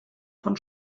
von